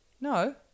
No